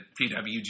PWG